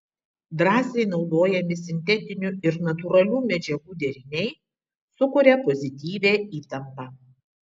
drąsiai naudojami sintetinių ir natūralių medžiagų deriniai sukuria pozityvią įtampą